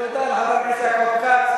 תודה לחבר הכנסת יעקב כץ.